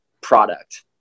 product